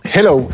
Hello